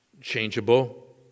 changeable